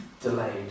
Delayed